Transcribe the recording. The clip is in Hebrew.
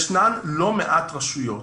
יש לא מעט רשויות